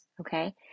Okay